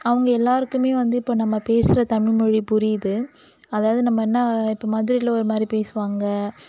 அவங்க எல்லாேருக்குமே வந்து இப்போ நம்ம பேசுகிற தமிழ்மொழி புரியுது அதாவது நம்ம என்ன மதுரையில் ஒரு மாதிரி பேசுவாங்க